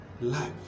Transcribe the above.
Life